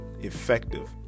effective